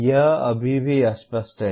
यह अभी भी अस्पष्ट है